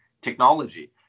technology